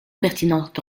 pertinente